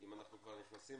אם אנחנו כבר נכנסים